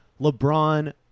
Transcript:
LeBron